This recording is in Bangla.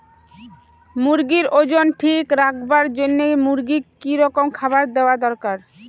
মুরগির ওজন ঠিক রাখবার জইন্যে মূর্গিক কি রকম খাবার দেওয়া দরকার?